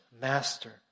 master